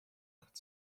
could